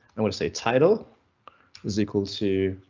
i want to say title is equal to.